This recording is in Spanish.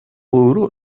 duro